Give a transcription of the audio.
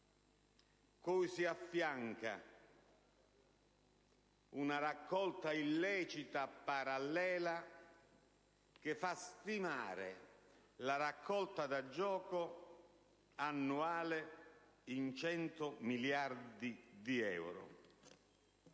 cui si affianca una raccolta illecita parallela che fa stimare la raccolta da gioco annuale in 100 miliardi di euro.